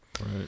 Right